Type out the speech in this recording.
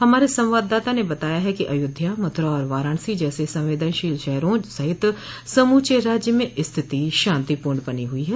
हमारे संवाददाता ने बताया है कि अयोध्या मथुरा और वाराणसी जैसे संवेदनशील शहरों सहित समूचे राज्य में स्थिति शांतिपूर्ण बनी हुई है